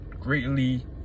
greatly